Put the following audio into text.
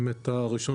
אתה הראשון